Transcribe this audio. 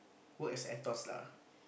work as ATOS lah